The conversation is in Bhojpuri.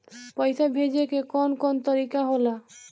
पइसा भेजे के कौन कोन तरीका होला?